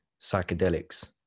psychedelics